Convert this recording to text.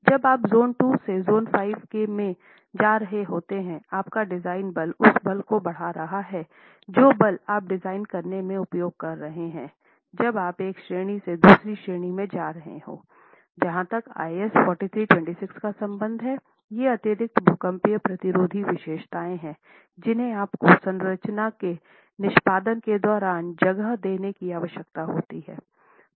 जब आप zone II से ज़ोन V में जा रहे होते हैं आपका डिज़ाइन बल उस बल को बढ़ा रहा है जो बल आप डिजाइन करने में उपयोग कर रहे हैं जब आप एक श्रेणी से दूसरी श्रेणी में जा रहे हों जहाँ तक IS 4326 का संबंध है ये अतिरिक्त भूकंपीय प्रतिरोधी विशेषताएं हैं जिन्हें आपको संरचना के निष्पादन के दौरान जगह देने की आवश्यकता होती है